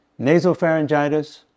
nasopharyngitis